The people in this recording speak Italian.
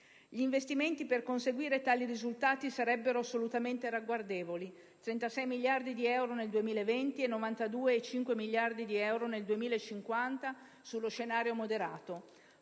Gli investimenti per conseguire tali risultati sarebbero assolutamente ragguardevoli: 36 miliardi di euro nel 2020 e 92,5 miliardi di euro nel 2050 sullo scenario moderato;